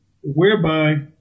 whereby